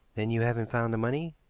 then you haven't found the money?